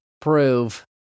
prove